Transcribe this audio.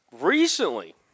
Recently –